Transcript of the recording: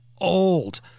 old